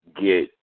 get